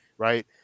Right